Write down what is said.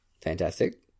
Fantastic